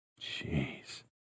Jeez